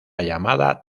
llamada